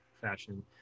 fashion